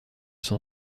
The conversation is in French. son